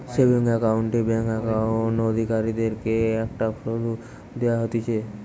savings account এ bank account অধিকারীদের কে একটা শুধ দেওয়া হতিছে